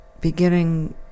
beginning